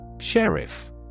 Sheriff